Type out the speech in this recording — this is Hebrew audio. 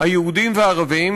היהודים והערבים,